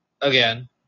again